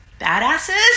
badasses